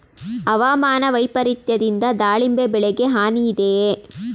ಹವಾಮಾನ ವೈಪರಿತ್ಯದಿಂದ ದಾಳಿಂಬೆ ಬೆಳೆಗೆ ಹಾನಿ ಇದೆಯೇ?